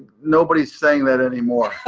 nobody's saying that anymore.